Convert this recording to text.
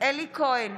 אלי כהן,